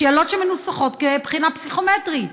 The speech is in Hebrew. שאלות שמנוסחות כבחינה פסיכומטרית,